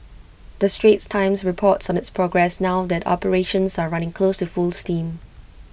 the straits times reports on its progress now that operations are running close to full steam